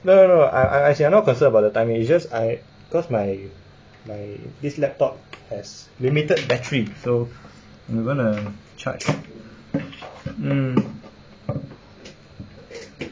no no no I I as in I'm not concerned about the timing it's just I cause my my this laptop has limited battery so we're gonna charge mm